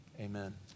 Amen